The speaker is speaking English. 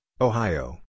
Ohio